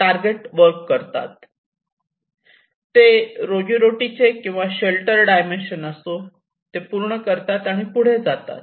ते रोजीरोटीचे किंवा शेल्टर डायमेन्शन असो ते पूर्ण करतात आणि पुढे जातात